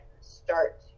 start